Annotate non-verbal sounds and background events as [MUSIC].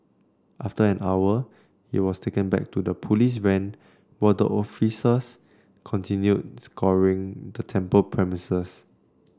after an hour he was taken back to the police van [UNINTELLIGIBLE] the officers continued scouring the temple premises